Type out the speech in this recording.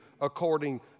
according